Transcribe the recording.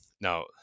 now